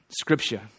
scripture